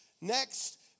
next